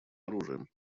оружием